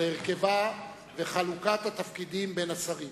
על הרכבה ועל חלוקת התפקידים בין השרים.